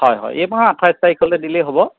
হয় হয় এইমাহৰ আঠাইছ তাৰিখলৈ দিলেই হ'ব